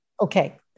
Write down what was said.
Okay